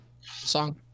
song